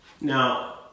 Now